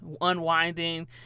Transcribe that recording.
unwinding